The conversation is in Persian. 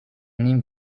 نیم